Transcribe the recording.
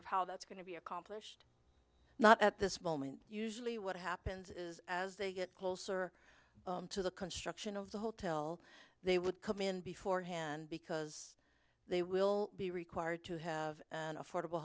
of how that's going to be accomplished not at this moment usually what happens is as they get closer to the construction of the hotel they would come in before hand because they will be required to have an affordable